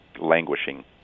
languishing